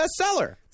bestseller